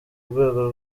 rwego